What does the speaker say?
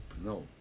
no